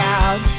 out